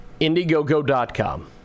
indiegogo.com